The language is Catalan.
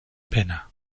pena